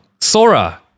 Sora